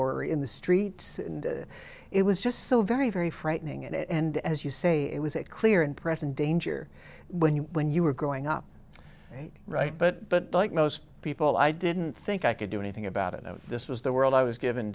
or in the street and it was just so very very frightening and as you say it was a clear and present danger when you when you were growing up right but like most people i didn't think i could do anything about it and this was the world i was given